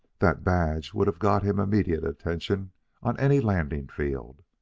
that badge would have got him immediate attention on any landing field.